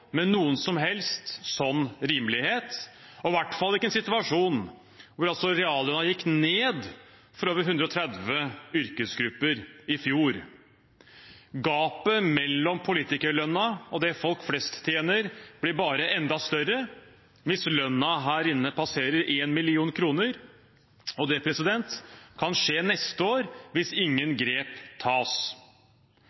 med noen som helst slik rimelighet, og i hvert fall ikke i en situasjon der reallønnen gikk ned for over 130 yrkesgrupper i fjor. Gapet mellom politikerlønnen og det folk flest tjener, blir bare enda større hvis lønnen her inne passerer 1 mill. kr, og det kan skje neste år hvis ingen